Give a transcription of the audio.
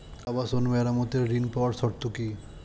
আবাসন মেরামতের ঋণ পাওয়ার শর্ত কি?